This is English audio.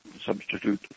substitute